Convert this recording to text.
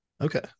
Okay